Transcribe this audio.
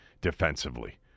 defensively